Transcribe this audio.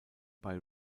bei